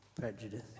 prejudice